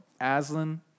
Aslan